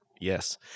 Yes